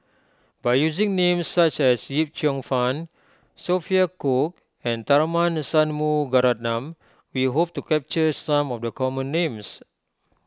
by using names such as Yip Cheong Fun Sophia Cooke and Tharman Shanmugaratnam we hope to capture some of the common names